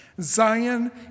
Zion